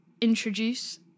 introduce